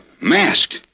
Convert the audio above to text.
Masked